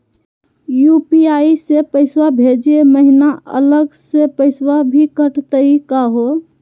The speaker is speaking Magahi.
यू.पी.आई स पैसवा भेजै महिना अलग स पैसवा भी कटतही का हो?